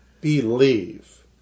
believe